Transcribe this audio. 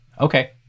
Okay